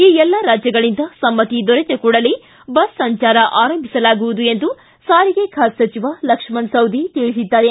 ಈ ಎಲ್ಲಾ ರಾಜ್ಯಗಳಿಂದ ಸಮ್ಮತಿ ದೊರೆತ ಕೂಡಲೇ ಬಸ್ ಸಂಚಾರ ಆರಂಭಿಸಲಾಗುವುದು ಎಂದು ಸಾರಿಗೆ ಖಾತೆ ಸಚಿವ ಲಕ್ಷ್ಮಣ ಸವದಿ ತಿಳಿಸಿದ್ದಾರೆ